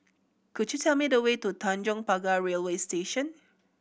could you tell me the way to Tanjong Pagar Railway Station